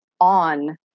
on